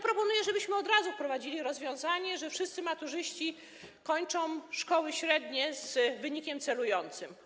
Proponuję, żebyśmy od razu wprowadzili rozwiązanie, że wszyscy maturzyści kończą szkoły średnie z wynikiem celującym.